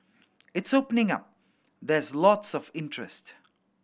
it's opening up there's lots of interest